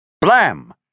Blam